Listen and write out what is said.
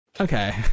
Okay